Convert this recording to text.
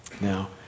Now